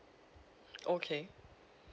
okay